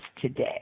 today